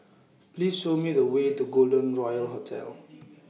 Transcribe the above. Please Show Me The Way to Golden Royal Hotel